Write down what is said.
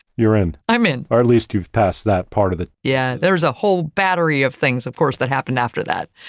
you're in, i'm in or at least you've passed that part of it. yeah, there's a whole battery of things. of course, that happened after that.